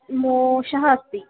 दोषः अस्ति